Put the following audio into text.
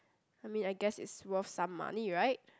I mean I guess it's worth some money right